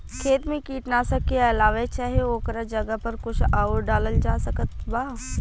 खेत मे कीटनाशक के अलावे चाहे ओकरा जगह पर कुछ आउर डालल जा सकत बा?